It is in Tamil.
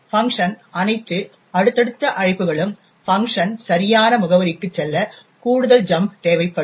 Func அனைத்து அடுத்தடுத்த அழைப்புகளும் func சரியான முகவரிக்கு செல்ல கூடுதல் ஜம்ப் தேவைப்படும்